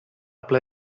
ple